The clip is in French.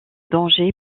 danger